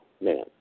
man